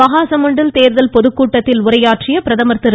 மஹாசமுண்டில் தேர்தல் பொதுக்கூட்டத்தில் உரையாற்றிய பிரதமர் திரு